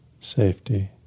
safety